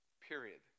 Period